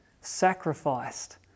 sacrificed